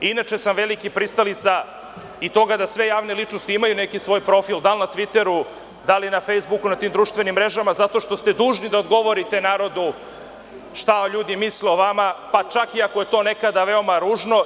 Veliki sam pristalica i toga da sve javne ličnosti imaju neki svoj profil, da li na „tviteru“, da li na „fejsbuku“ na tim društvenim mrežama, zato što ste dužni da odgovorite narodu šta ljudi misle o vama, pa čak i ako je to nekada veoma ružno.